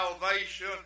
salvation